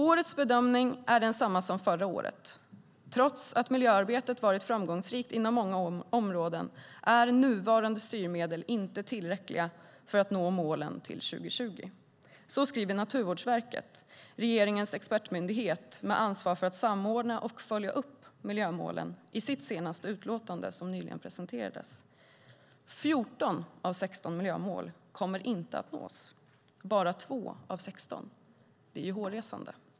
"Årets bedömning är densamma som förra året, trots att miljöarbetet varit framgångsrikt inom många områden är nuvarande styrmedel inte tillräckliga för att nå målen till 2020." Så skriver Naturvårdsverket, regeringens expertmyndighet med ansvar för att samordna och följa upp miljömålen i sitt senaste utlåtande som nyligen presenterades. 14 av 16 miljömål kommer inte att nås - bara 2 av 16. Det är hårresande.